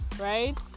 Right